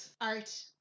art